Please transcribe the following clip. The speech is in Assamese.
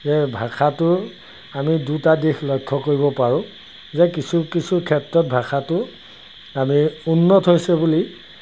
এই ভাষাটোৰ আমি দুটা দিশ লক্ষ্য কৰিব পাৰোঁ যে কিছু কিছু ক্ষেত্ৰত ভাষাটো আমি উন্নত হৈছে বুলি